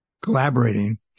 collaborating